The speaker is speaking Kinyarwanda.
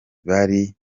bari